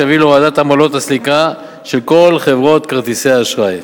שיביא להורדת עמלות הסליקה של כל חברות כרטיסי האשראי.